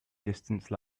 distance